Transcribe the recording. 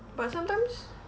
but sometimes